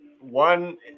one